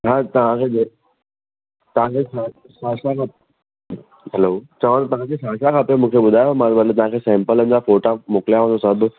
हा तव्हांखे जे तव्हांखे छा छा छा खपे हेलो चवां थो तव्हांखे छा छा खपे मूंखे ॿुधायो मां भले तव्हांखे सेम्पलनि जा फ़ोटा मोकिलियांव थो सभु